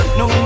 no